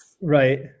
Right